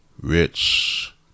rich